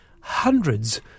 hundreds